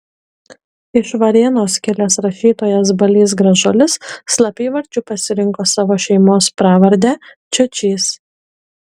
iš varėnos kilęs rašytojas balys gražulis slapyvardžiu pasirinko savo šeimos pravardę čiočys